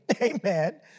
Amen